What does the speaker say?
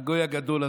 הגוי הגדול הזה.